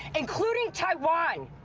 including taiwan!